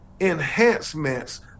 enhancements